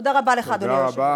תודה רבה לך, אדוני היושב-ראש.